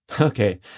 Okay